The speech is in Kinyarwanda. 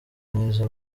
mwiza